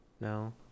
no